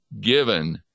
given